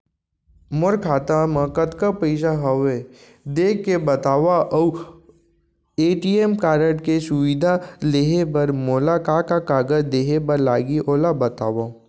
मोर खाता मा कतका पइसा हवये देख के बतावव अऊ ए.टी.एम कारड के सुविधा लेहे बर मोला का का कागज देहे बर लागही ओला बतावव?